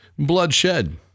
bloodshed